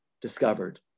discovered